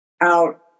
out